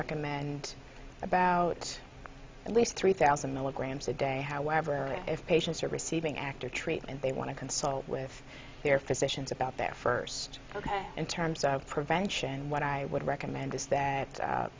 recommend about at least three thousand milligrams a day however if patients are receiving after treatment they want to consult with their physicians about their first ok in terms of prevention what i would recommend is that